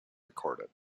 recorded